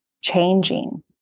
changing